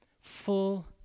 Full